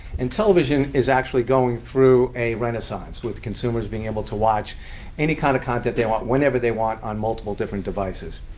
and television is actually going through a renaissance with consumers being able to watch any kind of content they want, whenever they want, on multiple different devices.